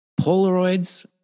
polaroids